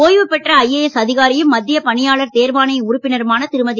ஓய்வு பெற்ற ஐஏஎஸ் அதிகாரியும் மத்திய பணியாளர் தேர்வாணைய உறுப்பினருமான திருமதி